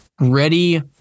ready